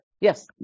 Yes